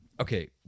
okay